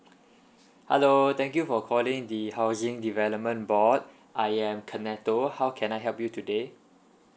hello thank you for calling the housing development board I am keneto how can I help you today